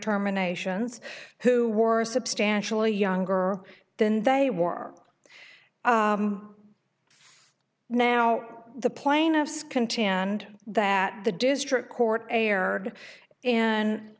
terminations who were substantially younger than they were are now the plaintiffs contin and that the district court air and